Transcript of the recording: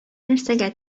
нәрсәгә